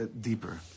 deeper